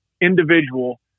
individual